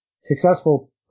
successful